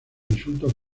insultos